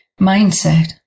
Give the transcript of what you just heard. Mindset